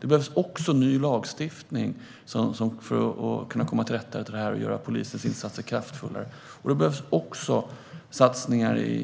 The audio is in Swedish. Det behövs ny lagstiftning för att komma till rätta med detta och göra polisens insatser kraftfullare. Och det behövs satsningar